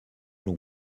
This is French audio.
long